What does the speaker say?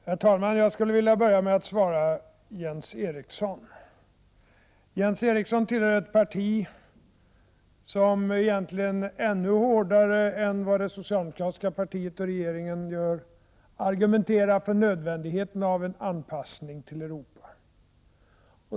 Herr talman! Jag skulle vilja börja med att svara Jens Eriksson. Jens Eriksson tillhör ett parti som egentligen ännu hårdare än det socialdemokratiska partiet och regeringen argumenterar för nödvändigheten av en anpassning till Europa.